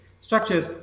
structures